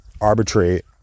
arbitrate